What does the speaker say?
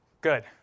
Good